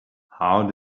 how